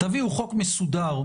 תביאו חוק מסודר,